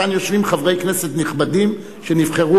כאן יושבים חברי כנסת נכבדים שנבחרו